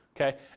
Okay